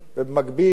ובמקביל,